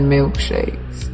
Milkshakes